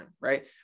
right